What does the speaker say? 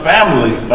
Family